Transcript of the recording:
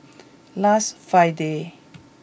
last Friday